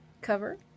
cover